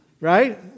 Right